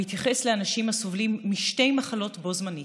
מושג המתייחס לאנשים הסובלים משתי מחלות בו-זמנית,